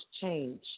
change